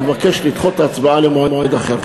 ומבקש לדחות את ההצבעה למועד אחר.